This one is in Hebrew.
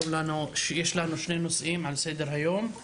יש לנו שני נושאים על סדר היום: